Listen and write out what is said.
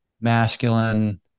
masculine